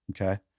okay